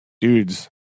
dudes